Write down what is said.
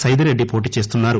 సైదిరెడ్డి పోటీ చేస్తున్నారు